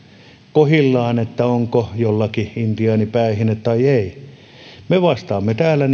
kohdillaan onko jollakin intiaanipäähine tai ei me vastaamme täällä